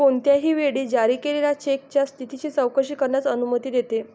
कोणत्याही वेळी जारी केलेल्या चेकच्या स्थितीची चौकशी करण्यास अनुमती देते